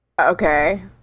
Okay